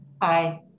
Aye